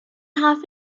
half